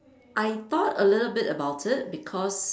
I thought a little bit about it because